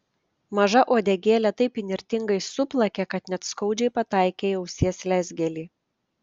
maža uodegėlė taip įnirtingai suplakė kad net skaudžiai pataikė į ausies lezgelį